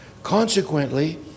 Consequently